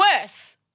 worse